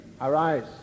arise